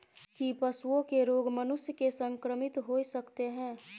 की पशुओं के रोग मनुष्य के संक्रमित होय सकते है?